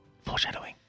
Foreshadowing